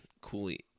coolly